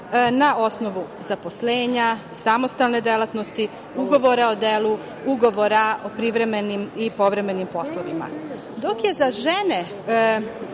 na osnovu zaposlenja, samostalne delatnosti, ugovora o delu, ugovora o privremenim i povremenim poslovima. Dok je za žene